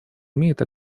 имеет